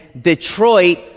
Detroit